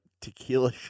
tequila